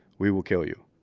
we will kill you.